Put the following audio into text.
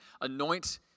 anoint